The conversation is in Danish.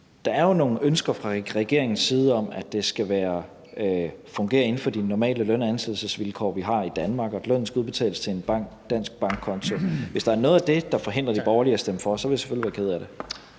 Der er jo nogle ønsker fra regeringens side om, at det skal fungere inden for de normale løn- og ansættelsesvilkår, vi har i Danmark, og at lønnen skal udbetales til en dansk bankkonto. Hvis der er noget af det, der forhindrer de borgerlige i at stemme for, vil jeg selvfølgelig være ked af det.